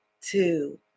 Two